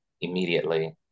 immediately